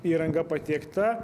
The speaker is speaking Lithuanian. įranga patiekta